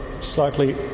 slightly